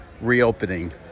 reopening